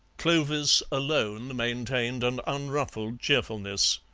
clovis alone maintained an unruffled cheerfulness.